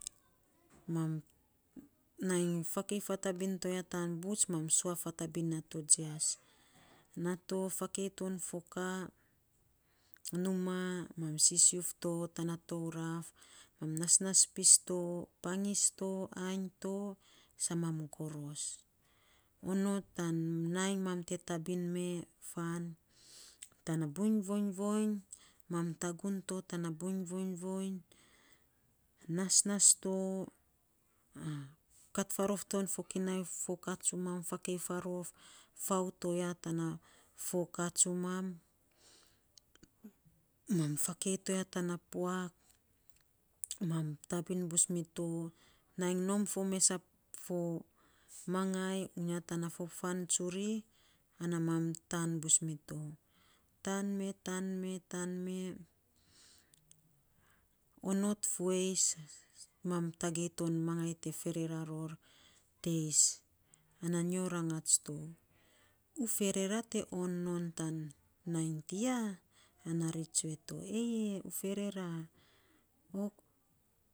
Nai fakei fatabiny toya tan buts, mam sua fatabin nato jias naa to fakei ton foka numaa tana touraf, mam nasnas pis to pangis to ainy to, sa mam goros, onot non tan nainy mam te tabin me faan tana touraf. Tana buiny voiny voiny mam tagun to tana buiny voiy voiny nasnas to kat faarof to fokinai fo ka tsumam. Fakei farof faa to ya, tana foka tsumam, mam fakei. Toya tana puak mam tabin bus mito, nai nom fo mes fo mangai uya tana fo fan tsuri ana mam taan bus mito, taan me taan me onoy tsuri mam tagei ton mangai te ferera ror teis, ana nyo rangats to. U ferera te on non tan nainy tiya? Ri tsue to eyei u ferera.